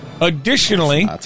Additionally